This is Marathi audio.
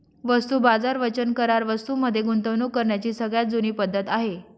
वस्तू बाजार वचन करार वस्तूं मध्ये गुंतवणूक करण्याची सगळ्यात जुनी पद्धत आहे